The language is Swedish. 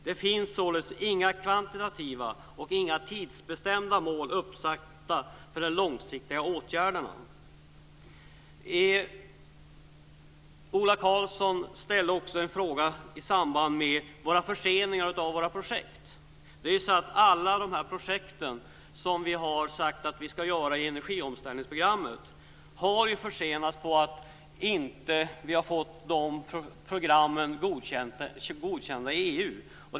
Det finns således inga kvantitativa och inga tidsbestämda mål uppsatta för de långsiktiga åtgärderna. Ola Karlsson ställde också en fråga om förseningarna av våra projekt. Alla de projekt som vi har sagt att vi ska göra i energiomställningsprogrammet har försenats på grund av att vi inte har fått de programmen godkända i EU.